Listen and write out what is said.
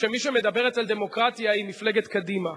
הוא שמי שמדברת על דמוקרטיה היא מפלגת קדימה.